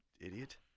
Idiot